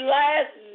last